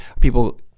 people